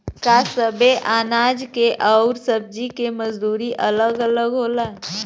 का सबे अनाज के अउर सब्ज़ी के मजदूरी अलग अलग होला?